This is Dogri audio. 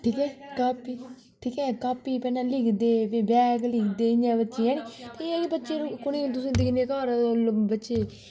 ठीक ऐ कापी ठीक ऐ कापी पैन लीकेदे फ्ही बैग लीकदे इ'यां बच्चे है नी ते एह् ऐ कि बच्चे कु'नें नेह् तुस दिक्खने घर बच्चे